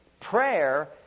prayer